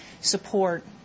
support